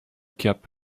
cap